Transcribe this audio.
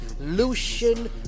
Lucian